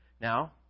Now